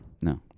No